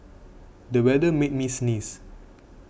the weather made me sneeze